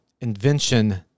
invention